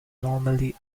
normally